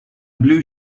blue